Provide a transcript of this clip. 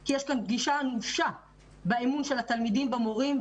כי יש כאן גישה אנושה באמון של התלמידים במורים,